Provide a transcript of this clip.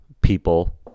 people